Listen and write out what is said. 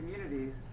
communities